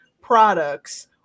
products